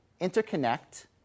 interconnect